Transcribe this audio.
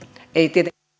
ei